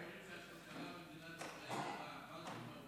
--- אומרים שהכלכלה במדינת ישראל טובה.